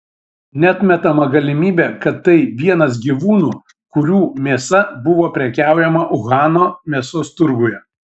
neatmetama galimybė kad tai vienas gyvūnų kurių mėsa buvo prekiaujama uhano mėsos turguje